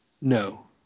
No